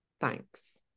thanks